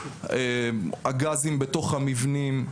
הגזים בתוך המבנים,